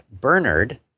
Bernard